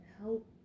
help